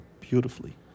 beautifully